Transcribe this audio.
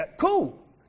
cool